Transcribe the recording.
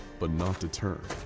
but not deterred.